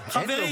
--- חברים,